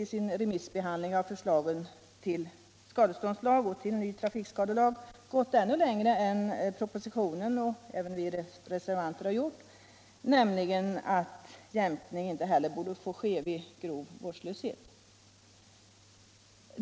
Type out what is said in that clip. i sin remissbehandling av förslagen till skadeståndslag och ny trafikskadelag gått ännu längre än vad propositionen och även vi reservanter har gjort, nämligen till att jämkning inte heller borde få ske vid grov vårdslöshet.